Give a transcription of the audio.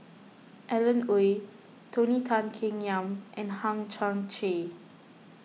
Alan Oei Tony Tan Keng Yam and Hang Chang Chieh